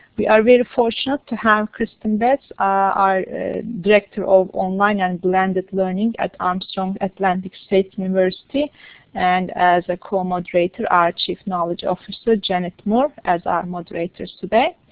we are very fortunate to have kristen betts, our director of online and blended learning at armstrong atlantic state university and as a co-moderator, our chief knowledge knowledge officer janet moore as our moderators today.